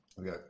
Okay